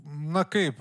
na kaip